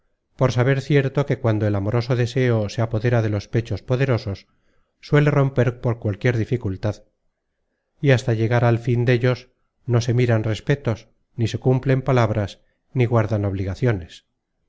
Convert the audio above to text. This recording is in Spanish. por saber cierto que cuando el amoroso deseo se apodera de los pechos poderosos suele romper por cualquiera dificultad y hasta llegar al fin dellos no se miran respetos ni se cumplen palabras ni guardan obligaciones